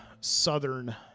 southern